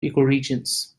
ecoregions